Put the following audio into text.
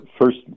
first